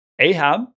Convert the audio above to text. Ahab